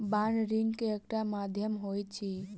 bond ऋण के एकटा माध्यम होइत अछि